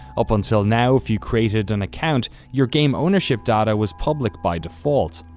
up until now if you created an account, your game ownership data was public by default.